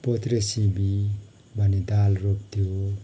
पोथ्रे सिमी भनी दाल रोप्थ्यो